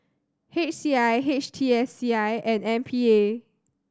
H C I H T S C I and M P A